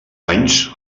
anys